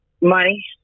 Money